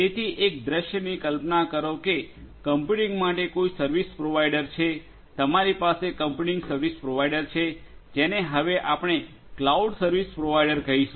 તેથી એક દૃશ્યની કલ્પના કરો કે કમ્પ્યુટીંગ માટે કોઈ સર્વિસ પ્રોવાઇડર છે તમારી પાસે કમ્પ્યુટીંગ સર્વિસ પ્રોવાઇડર છે જેને હવે આપણે ક્લાઉડ સર્વિસ પ્રોવાઇડર કહીશું